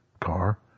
car